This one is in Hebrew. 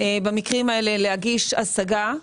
במקרים האלה להגיש השגה.